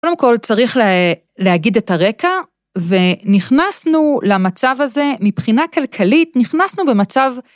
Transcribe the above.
קודם כל צריך להגיד את הרקע, ונכנסנו למצב הזה מבחינה כלכלית נכנסנו במצב